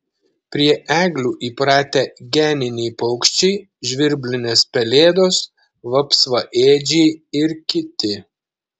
prie eglių įpratę geniniai paukščiai žvirblinės pelėdos vapsvaėdžiai ir kiti